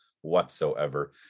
whatsoever